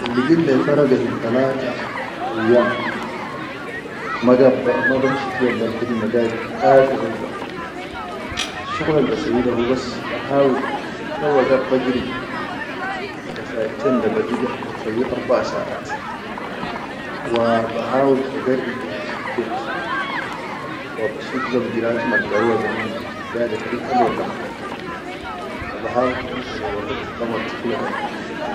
Kan ligit leyi faraga hil talata a yom, ma bamshi fiya lel khidime gaid afe da bas da, asshuqulal basawwi hubas ba hawil kan tawwa gaid ba giri be saʼitain ba zi da basawwi arbaʼa saʼat wa bahawul ba garri iyali fil bet wa ba shiflehum giratum al garoha zaman di gade kal-kal walla ma kal-kal waba hawil balga leyi waqit ba marti ku la kan.